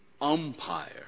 umpire